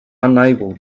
unable